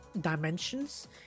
dimensions